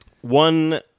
one